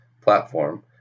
platform